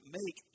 make